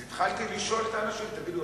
אז התחלתי לשאול את האנשים: תגידו,